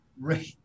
right